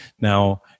now